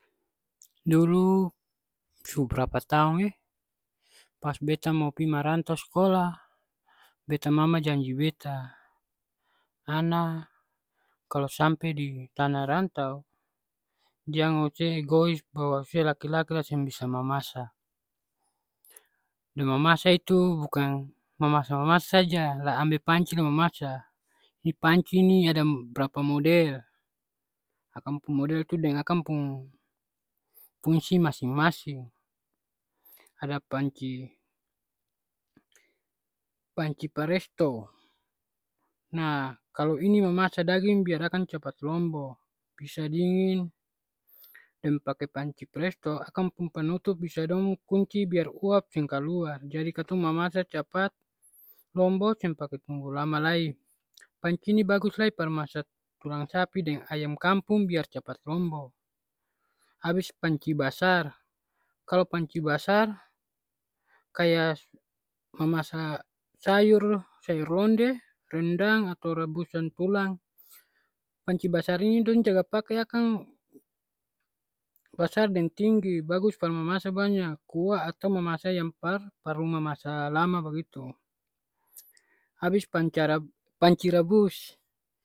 Dulu su brapa taong e, pas beta mo pi marantau skolah, beta mama janji beta, "ana, kalo sampe di tanah rantau, jang ose egois bahwa se laki-laki la seng bisa mamasa." Deng mamasa itu bukang mamasa-mamasa saja la ambe panci la mamasa. Ini panci ni ada brapa model. Akang pung model tu deng akang pung fungsi masing-masing. Ada panci, panci paresto, nah kalo ini mamasa daging biar akang capat lombo. Bisa dingin, deng pake panci presto, akang pung penutup bisa dong kunci biar uap seng kaluar, jadi katong mamasa capat lombo seng pake tunggu lama lai. Panci ni bagus lai par masa tulang sapi deng ayam kampung biar capat lombo. Abis panci basar. Kalo panci basar, kaya mamasa sayur, sayur lodeh, rendang, atau rabusan tulang, panci basar ini dong jaga pake akang basar deng tinggi, bagus par mamasa banya, kuah atau mamasa yang par par mu mamasa lama bagitu. Abis panci rabus.